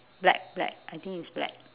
black black I think is black